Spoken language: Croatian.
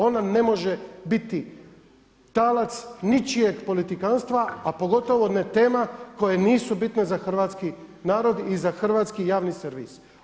Ona ne može biti talac ničijeg politikanstva a pogotovo ne tema koje nisu bitne za hrvatski narod i za hrvatski javni servis.